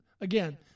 again